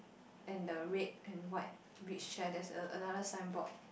and the red and white beach chair there's a another signboard